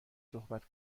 صحبت